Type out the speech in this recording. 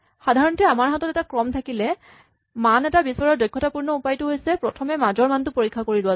সাধাৰণতে আমাৰ হাতত এটা ক্ৰম থাকিলে মান এটা বিচৰাৰ দক্ষতাপূৰ্ণ উপায়টো হৈছে প্ৰথমে মাজৰ মানটো পৰীক্ষা কৰি লোৱাটো